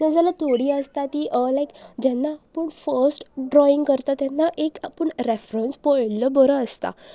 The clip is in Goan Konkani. न जाल्यार थोडी आसता ती लायक जेन्ना आपूण फस्ट ड्रॉइंग करता तेन्ना एक आपूण रेफरंस पळल्लो बरो आसता